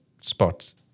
spots